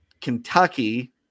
Kentucky